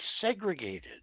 segregated